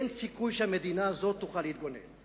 אין סיכוי שהמדינה הזאת תוכל להתגונן.